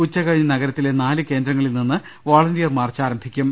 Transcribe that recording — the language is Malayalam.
ഉച്ചകഴിഞ്ഞ് നഗരത്തിലെ നാല് കേന്ദ്രങ്ങ ളിൽനിന്ന് വൊളണ്ടിയർമാർച്ച് ആരംഭിക്കും